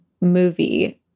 movie